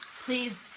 please